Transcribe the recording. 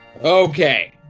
Okay